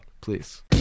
Please